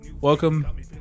Welcome